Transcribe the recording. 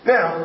Now